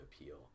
appeal